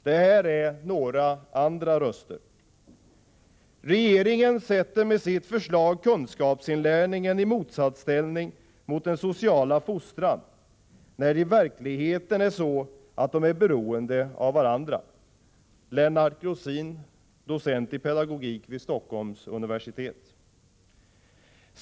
Det här är några andra röster: ”Regeringen sätter med sitt förslag kunskapsinlärningen i motsatsställning mot den sociala fostran när det i verkligheten är så att de är beroende av varandra —---.” Detta säger Lennart Grosin, docent i pedagogik vid Stockholms universitet.